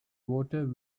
water